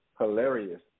hilarious